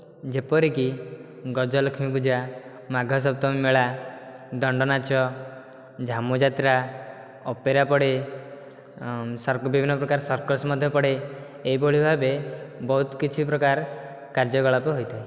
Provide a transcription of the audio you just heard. ଯେପରିକି ଗଜଲକ୍ଷ୍ମୀ ପୂଜା ମାଘ ସପ୍ତମୀ ମେଳା ଦଣ୍ଡ ନାଚ ଝାମୁ ଯାତ୍ରା ଅପେରା ପଡ଼େ ବିଭିନ୍ନ ପ୍ରକାର ସର୍କସ ମଧ୍ୟ ପଡ଼େ ଏଭଳି ଭାବେ ବହୁତ କିଛି ପ୍ରକାର କାର୍ଯ୍ୟକଳାପ ହୋଇଥାଏ